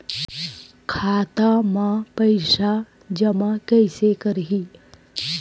खाता म पईसा जमा कइसे करही?